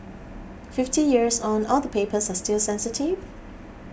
fifty years on all the papers are still sensitive